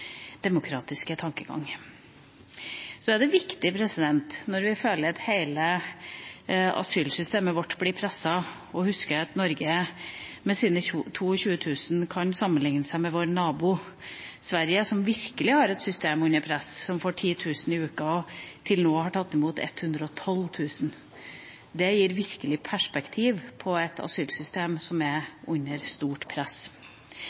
demokratiske tankegang. Det er viktig, når vi føler at hele asylsystemet vårt blir presset, å huske at Norge med sine 22 000 kan sammenlignes med vår nabo, Sverige, som virkelig har et system under press. De får 10 000 i uka og har til nå tatt imot 112 000. Det gir virkelig perspektiv på et asylsystem som er under stort press.